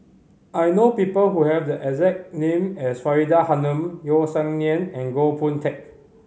I know people who have the exact name as Faridah Hanum Yeo Song Nian and Goh Boon Teck